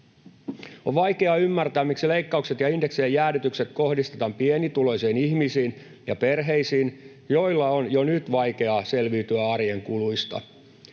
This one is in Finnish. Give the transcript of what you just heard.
On vaikea ymmärtää, miksi leikkaukset ja indeksien jäädytykset kohdistetaan pienituloisiin ihmisiin ja perheisiin, joilla on jo nyt vaikeaa selviytyä arjen kuluista.